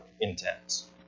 intense